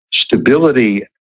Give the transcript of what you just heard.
stability